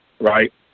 right